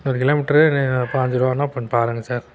ஒரு கிலோமீட்ரு பாஞ்சி ருபாய்னா அப்பனு பாருங்க சார்